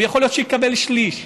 ויכול להיות שהוא יקבל שליש.